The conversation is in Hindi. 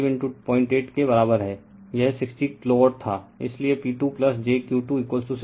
इसलिए P2 j Q2 60 j 45 K V A में है